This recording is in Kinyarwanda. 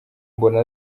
mbona